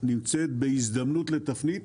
נמצאת בהזדמנות לתפנית,